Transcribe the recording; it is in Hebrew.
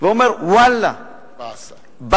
הייתי אומר: ואללה, באסה.